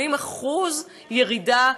80% ירידה.